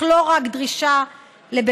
אך לא רק דרישה לבינתיים,